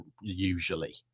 usually